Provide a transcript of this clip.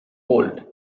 old